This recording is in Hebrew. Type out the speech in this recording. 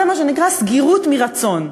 זה מה שנקרא סגירות מרצון.